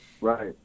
Right